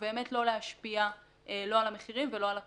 ובאמת לא להשפיע לא על המחירים ולא על הכמויות.